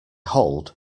hold